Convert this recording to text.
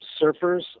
surfers